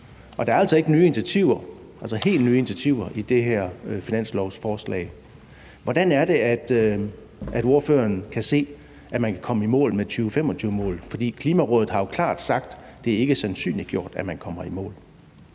initiativer, altså helt nye initiativer, i det her finanslovsforslag. Hvordan er det, ordføreren kan se man kan komme i mål med 2025-målet? For Klimarådet har jo klart sagt, at det ikke er sandsynliggjort, at man kommer i mål.